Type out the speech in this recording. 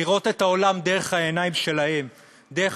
לראות את העולם דרך העיניים שלהם: דרך